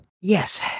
Yes